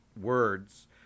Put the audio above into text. words